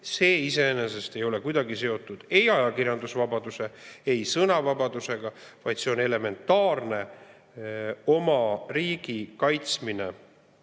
ole iseenesest kuidagi seotud ei ajakirjandusvabaduse ega sõnavabadusega, vaid see on elementaarne oma riigi kaitsmine